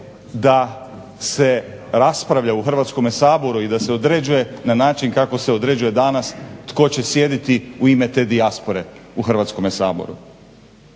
da se raspravlja u Hrvatskome saboru i da se određuje na način kako se određuje danas tko će sjediti u ime te dijaspore u Hrvatskome saboru.